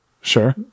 Sure